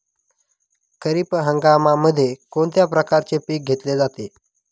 खरीप हंगामामध्ये कोणत्या प्रकारचे पीक घेतले जाते?